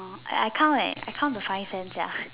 I count leh I count the five cents sia